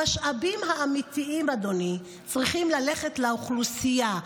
המשאבים האמיתיים צריכים ללכת לאוכלוסייה.